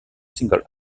single